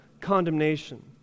condemnation